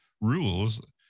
rules